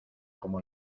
como